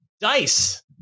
DICE